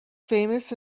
famous